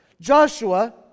Joshua